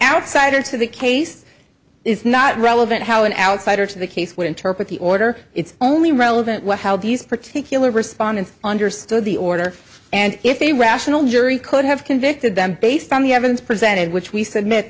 outsider to the case is not relevant how an outsider to the case would interpret the order it's only relevant to how these particular respondents understood the order and if a rational jury could have convicted them based on the evidence presented which we submit